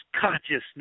consciousness